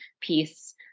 piece